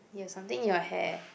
you have something in your hair